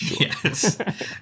Yes